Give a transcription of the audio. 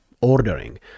ordering